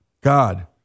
God